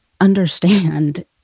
understand